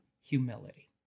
humility